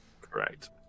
Correct